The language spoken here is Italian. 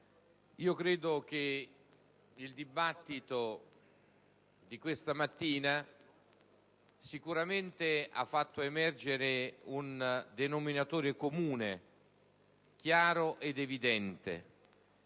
credo che il dibattito di questa mattina abbia sicuramente fatto emergere un denominatore comune, chiaro ed evidente: